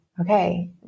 Okay